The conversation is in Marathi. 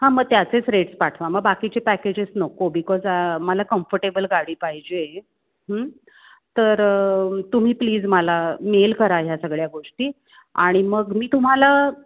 हां मग त्याचेच रेट्स पाठवा मग बाकीचे पॅकेजेस नको बिकॉज मला कम्फर्टेबल गाडी पाहिजे आहे तर तुम्ही प्लीज मला मेल करा ह्या सगळ्या गोष्टी आणि मग मी तुम्हाला